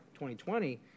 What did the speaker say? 2020